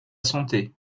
santé